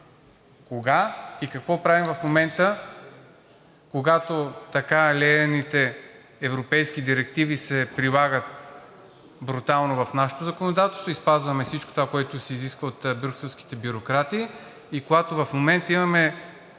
Кога и какво правим в момента, когато така лелеяните европейски директиви се прилагат брутално в нашето законодателство и спазваме всичко това, което се изисква от брюкселските бюрократи и когато в момента имаме,